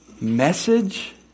message